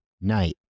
Night